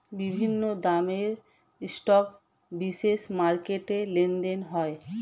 বিভিন্ন দামের স্টক বিশেষ মার্কেটে লেনদেন হয়